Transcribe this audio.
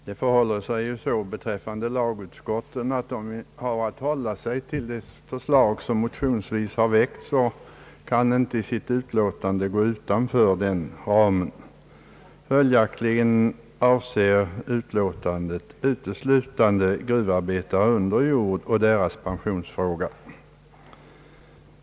Herr talman! När lagutskotten har att ta ställning till ett förslag som väckts motionsvis, kan de i sitt utlåtande inte gå utanför förslagets ram. Följaktligen avser utlåtandet uteslutande gruvarbetare under jord och deras pensionsfråga.